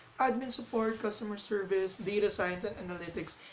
admin support, customer service, data science and analytics,